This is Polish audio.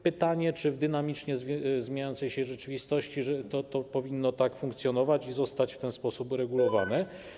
Pytanie, czy w dynamicznie zmieniającej się rzeczywistości to powinno tak funkcjonować i zostać w ten sposób uregulowane.